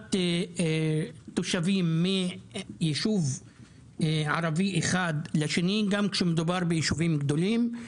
ושליחת תושבים מישוב ערבי אחד לשני גם כשמדובר בישובים גדולים,